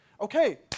Okay